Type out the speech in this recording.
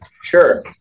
Sure